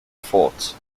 faults